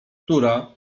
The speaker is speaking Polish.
która